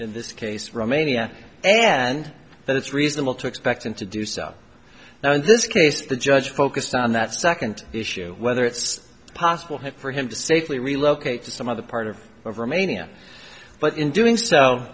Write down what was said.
this case romania and that it's reasonable to expect him to do so now in this case the judge focused on that second issue whether it's possible for him to safely relocate to some other part of of romania but in doing so